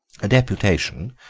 a deputation,